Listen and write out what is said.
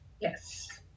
Yes